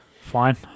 Fine